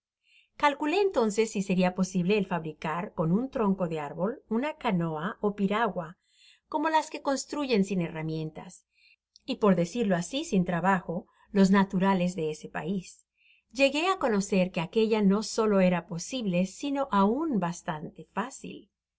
calculé entonces si seria posible el fabricar con un tronco de árbol una eanoa ó piragua como las que construyen sin herramientas y por decirlo asi sin trabajo los naturales de ese pais llegué á conocer que aquella no solo era posible sino aun bastante fácil